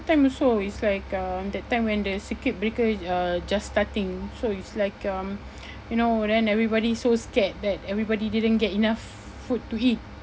time also it's like um that time when the circuit breaker uh just starting so it's like um you know then everybody so scared that everybody didn't get enough food to eat